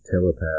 Telepath